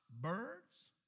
birds